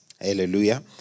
hallelujah